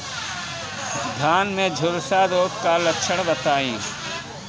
धान में झुलसा रोग क लक्षण बताई?